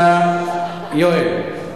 יואל.